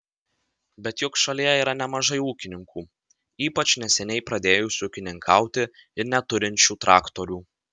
bet juk šalyje yra nemažai ūkininkų ypač neseniai pradėjusių ūkininkauti ir neturinčių traktorių